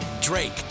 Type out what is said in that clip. drake